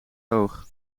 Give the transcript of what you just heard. oog